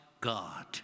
God